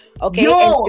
Okay